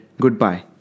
Goodbye